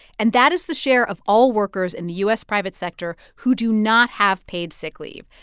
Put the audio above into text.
and that is the share of all workers in the u s. private sector who do not have paid sick leave.